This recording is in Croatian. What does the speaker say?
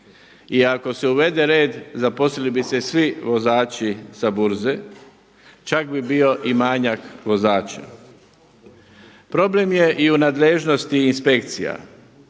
i ako se uvede red zaposlili bi se svi vozači sa burze, čak bi bio i manjak vozača. Problem je i u nadležnosti inspekcija.